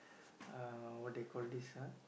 uh what they call this ah